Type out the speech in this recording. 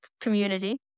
community